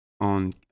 on